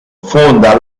fonda